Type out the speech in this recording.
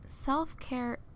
self-care